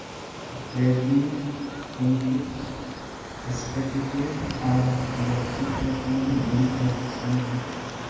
रेशमी तंतुत स्फटिकीय आर लचीलेपनेर गुण एक संग ह छेक